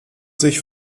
sich